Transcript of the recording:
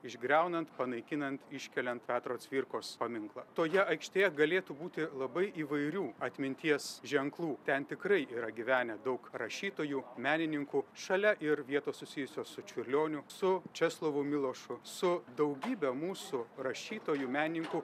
išgriaunant panaikinant iškeliant petro cvirkos paminklą toje aikštėje galėtų būti labai įvairių atminties ženklų ten tikrai yra gyvenę daug rašytojų menininkų šalia ir vietos susijusios su čiurlioniu su česlovu milošu su daugybe mūsų rašytojų menininkų